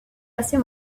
assez